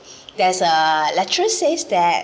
there's a lecturer says that